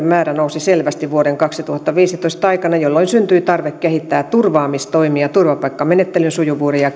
määrä nousi selvästi vuoden kaksituhattaviisitoista aikana jolloin syntyi tarve kehittää turvaamistoimia turvapaikkamenettelyn sujuvuuden ja